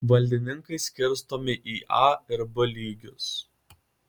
valdininkai skirstomi į a ir b lygius